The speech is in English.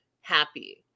happy